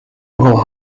nogal